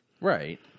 Right